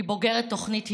היא בוגרת תוכנית היל"ה.